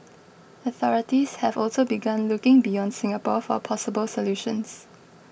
authorities have also begun looking beyond Singapore for possible solutions